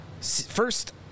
first